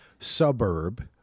suburb